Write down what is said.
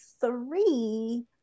three